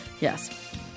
Yes